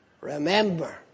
remember